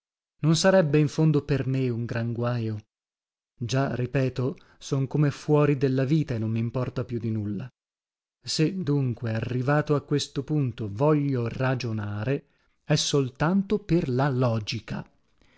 non sarebbe in fondo per me un gran guajo già ripeto son come fuori della vita e non mimporta più di nulla se dunque arrivato a questo punto voglio ragionare è soltanto per la logica